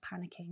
panicking